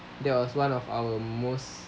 that was one of our most